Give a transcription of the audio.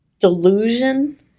delusion